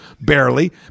barely